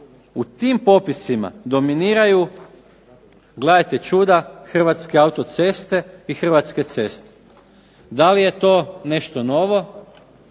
u tim popisima dominiraju, gledajte čuda Hrvatske autoceste i Hrvatske ceste. Da li je to nešto novo?